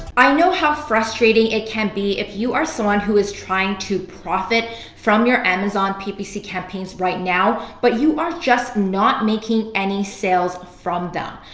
i hope how frustrating it can be if you are someone who is trying to profit from your amazon ppc campaigns right now but you are just not making any sales from them.